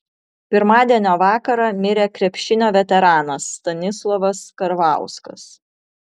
pirmadienio vakarą mirė krepšinio veteranas stanislovas karvauskas